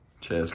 Cheers